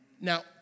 Now